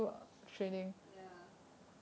ya